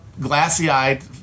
glassy-eyed